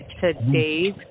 today's